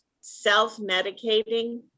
self-medicating